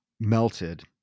melted